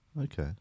Okay